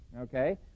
okay